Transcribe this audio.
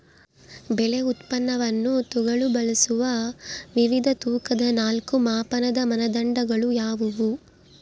ಬೆಳೆ ಉತ್ಪನ್ನವನ್ನು ತೂಗಲು ಬಳಸುವ ವಿವಿಧ ತೂಕದ ನಾಲ್ಕು ಮಾಪನದ ಮಾನದಂಡಗಳು ಯಾವುವು?